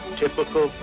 typical